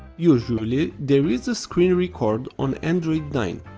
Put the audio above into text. usually, there is a screen record on android nine.